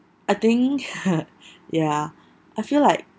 I think ya I feel like